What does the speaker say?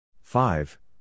Five